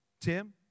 Tim